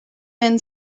been